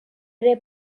ere